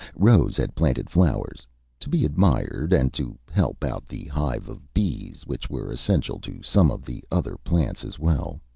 rose had planted flowers to be admired, and to help out the hive of bees, which were essential to some of the other plants, as well.